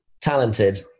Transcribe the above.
talented